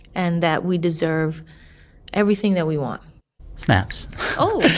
and that we deserve everything that we want snaps oh.